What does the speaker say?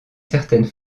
certaines